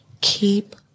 Keep